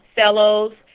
fellows